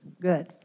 good